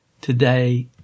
Today